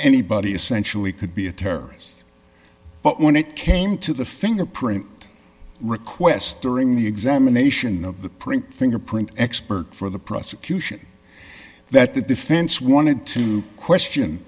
anybody essentially could be a terrorist but when it came to the fingerprint request during the examination of the print thing a print expert for the prosecution that the defense wanted to question